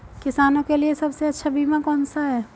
किसानों के लिए सबसे अच्छा बीमा कौन सा है?